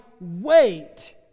wait